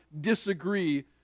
disagree